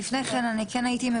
לפני כן,